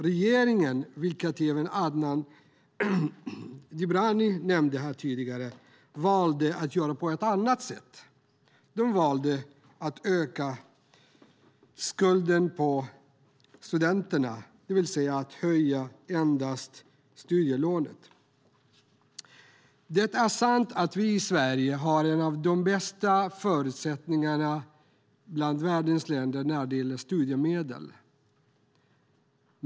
Regeringen valde, vilket även Adnan Dibrani nämnde tidigare, att göra på ett annat sätt, nämligen att öka skulden för studenterna, det vill säga höja endast lånedelen i studiemedlet. Det är sant att vi i Sverige har bland de bästa förutsättningarna i världen i fråga om studiemedlet.